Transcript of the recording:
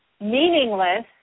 meaningless